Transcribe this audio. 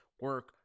Work